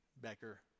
becker